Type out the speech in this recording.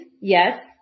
Yes